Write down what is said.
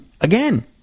again